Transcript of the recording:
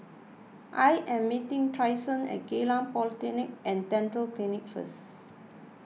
I am meeting Tristan at Geylang Polyclinic and Dental Clinic first